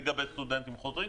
לגבי סטודנטים חוזרים,